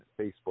Facebook